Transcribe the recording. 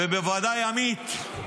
ובוודאי עמית.